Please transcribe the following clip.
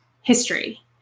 history